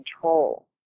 control